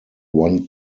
one